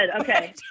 Okay